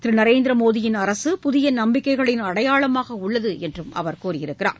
திரு நரேந்திர மோடியின் அரசு புதிய நம்பிக்கைகளின் அடையாளமாக உள்ளது என்றும் அவர் கூறியுள்ளார்